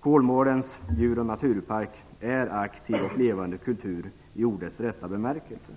Kolmårdens djur och naturpark är aktiv och levande kultur i ordets rätta bemärkelse.